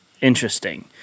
interesting